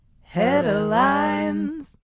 Headlines